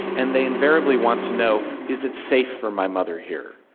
and they invariably want to know is it safe for my mother here?